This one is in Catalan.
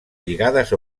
lligades